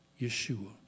Yeshua